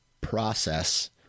process